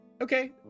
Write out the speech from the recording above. Okay